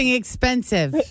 expensive